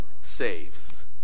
saves